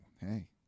Hey